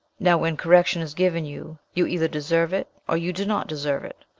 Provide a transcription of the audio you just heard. now, when correction is given you, you either deserve it, or you do not deserve it.